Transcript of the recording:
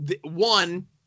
one